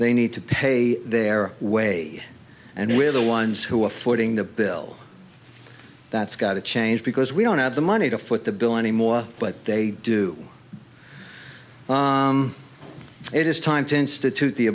they need to pay their way and we're the ones who are footing the bill that's got to change because we don't have the money to foot the bill anymore but they do it is time to institute the